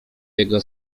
jego